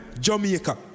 Jamaica